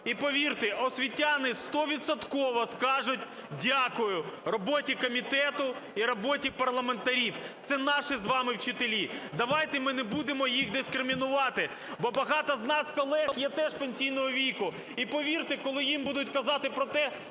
і, повірте, освітяни стовідсотково скажуть "дякую" роботі комітету і роботі парламентарів. Це наші з вами вчителі, давайте ми не будемо їх дискримінувати, бо багато з нас колег є теж пенсійного віку, і, повірте, коли їм будуть казати про те,